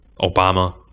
Obama